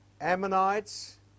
Ammonites